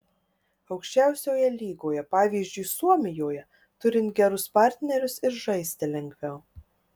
aukščiausioje lygoje pavyzdžiui suomijoje turint gerus partnerius ir žaisti lengviau